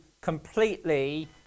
completely